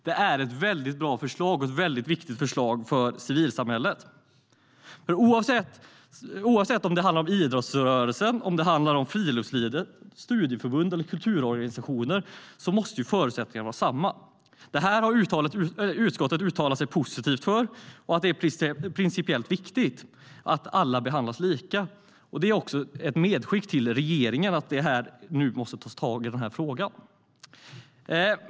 Det är ett bra och viktigt förslag för civilsamhället. Oavsett om det handlar om idrottsrörelsen, friluftslivet, studieförbund eller kulturorganisationer måste förutsättningarna vara desamma. Detta har utskottet uttalat sig positivt om och sagt att det är principiellt viktigt att alla behandlas lika. Det är ett medskick till regeringen: Nu måste man ta tag i frågan.